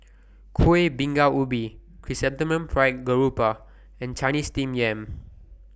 Kuih Bingka Ubi Chrysanthemum Fried Garoupa and Chinese Steamed Yam